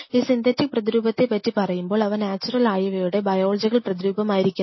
ഈ സിന്തറ്റിക് പ്രതിരൂപത്തെ പറ്റി പറയുമ്പോൾ അവ നാച്ചുറലായവയുടെ ബയോളജിക്കൽ പ്രതിരൂപമായിരിക്കണം